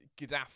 Gaddafi